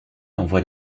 envoie